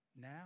now